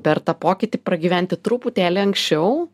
per tą pokytį pragyventi truputėlį anksčiau